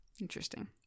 Interesting